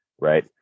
right